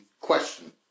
question